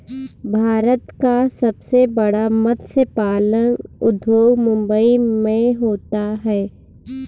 भारत का सबसे बड़ा मत्स्य पालन उद्योग मुंबई मैं होता है